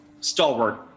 stalwart